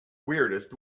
weirdest